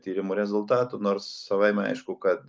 tyrimų rezultatų nors savaime aišku kad